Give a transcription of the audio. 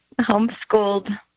homeschooled